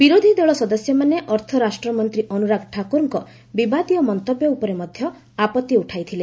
ବିରୋଧୀଦଳ ସଦସ୍ୟମାନେ ଅର୍ଥରାଷ୍ଟ୍ରମନ୍ତ୍ରୀ ଅନୁରାଗ ଠାକୁରଙ୍କ ବିବାଦୀୟ ମନ୍ତବ୍ୟ ଉପରେ ମଧ୍ୟ ଆପତ୍ତି ଉଠାଇଥିଲେ